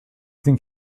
think